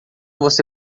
você